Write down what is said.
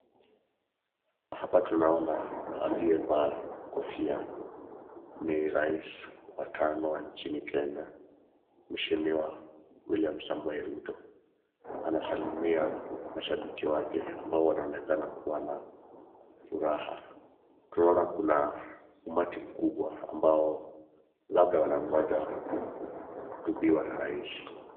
Hapa tunaona aliyevaa kofia ni rais wa tano wa nchini Kenya, Mheshimiwa William Samoei Ruto anasalimia mashabiki wake ambao wanaonekana kuwa na furaha. Tunaona kuna umati mkubwa ambao labda wanangoja kuhutubiwa na rais.